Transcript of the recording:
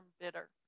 bitter